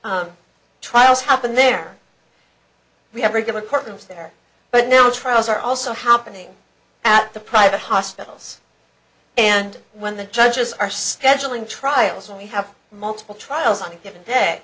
facilities trials happen there we have regular courtrooms there but now trials are also happening at the private hospitals and when the judges are struggling trials when we have multiple trials on a given day